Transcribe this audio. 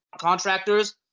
contractors